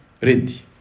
ready